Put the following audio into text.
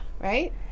right